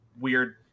weird